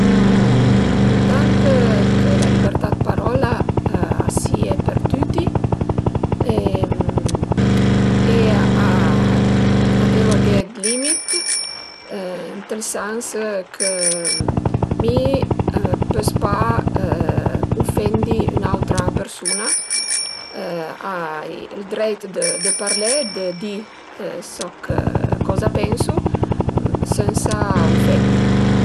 Al e impurtant chë la libertà dë parolla a sie për tüti e a deu aghé d'limit ënt ël sans chë mi pös pa ufendi ün'autra persun-a, ai ël dreit d'parlé, dë di soch, coza pensu sensa ufendi